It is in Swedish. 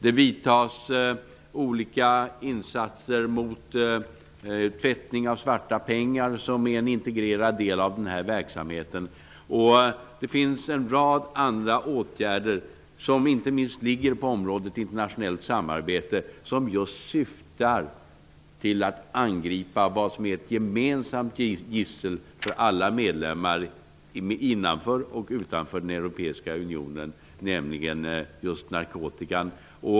Det vidtas olika insatser mot tvättning av svarta pengar, som är en integrerad del av den här verksamheten. Det finns en rad andra åtgärder, inte minst på området internationellt samarbete, som just syftar till att angripa det som är ett gemensamt gissel för alla, både innanför och utanför den europeiska unionen, nämligen just narkotikan.